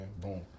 Boom